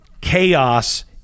chaos